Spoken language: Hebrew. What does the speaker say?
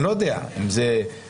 אני לא יודע מה הסיבה,